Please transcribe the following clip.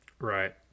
Right